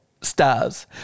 stars